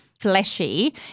fleshy